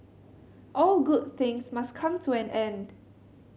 all good things must come to an end